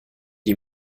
die